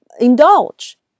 Indulge